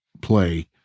play